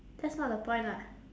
that's not the point lah